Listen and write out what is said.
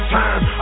time